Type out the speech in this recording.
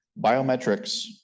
biometrics